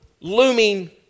looming